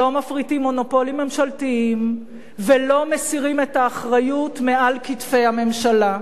לא מפריטים מונופולים ממשלתיים ולא מסירים את האחריות מעל כתפי הממשלה.